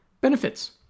benefits